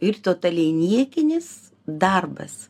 ir totaliai niekinis darbas